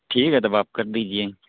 ٹھیک ہے تب آپ کر دیجیے